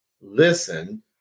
listen